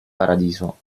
paradiso